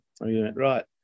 Right